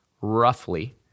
Roughly